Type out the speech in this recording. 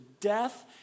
death